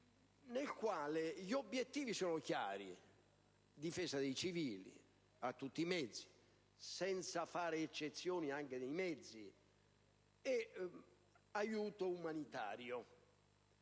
nel quale gli obiettivi sono chiari: difesa dei civili, senza fare eccezione anche dei mezzi, e aiuto umanitario.